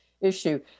issue